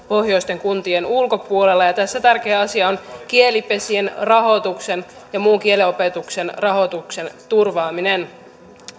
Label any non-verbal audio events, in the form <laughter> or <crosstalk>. <unintelligible> pohjoisten kuntien ulkopuolella ja tässä tärkeä asia on kielipesien rahoituksen ja muun kielenopetuksen rahoituksen turvaaminen